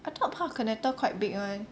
I thought park connector quite big [one]